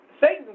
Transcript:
Satan